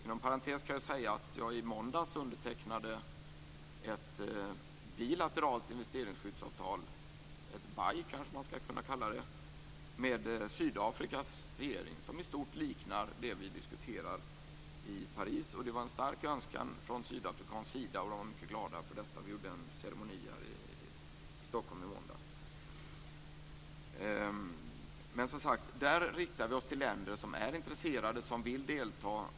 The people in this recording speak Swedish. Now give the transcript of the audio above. Inom parentes kan jag nämna att jag i måndags undertecknade ett bilateralt investeringsskyddsavtal - det skulle kanske kunna kallas ett BAI - med Sydafrikas regering, vilket i stort liknar det som vi diskuterar i Paris. Det visades från sydafrikansk sida en stark önskan om detta, och man var mycket glad över resultatet. Vi genomförde detta vid en ceremoni i Stockholm i måndags. Vi riktar oss, som sagt, till länder som är intresserade och som vill delta.